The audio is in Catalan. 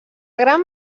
gran